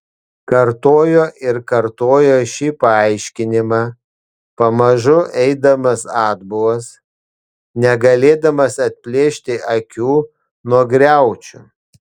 kartojo ir kartojo šį paaiškinimą pamažu eidamas atbulas negalėdamas atplėšti akių nuo griaučių